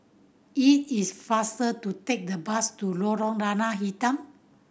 it is faster to take the bus to Lorong Lada Hitam